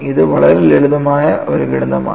ഇത് വളരെ ലളിതമായ ഒരു ഗണിതമാണ്